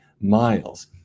miles